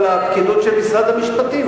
על הפקידות של משרד המשפטים?